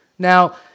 Now